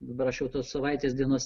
dabar aš jau tos savaitės dienose